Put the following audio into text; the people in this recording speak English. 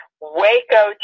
Waco